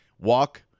Walk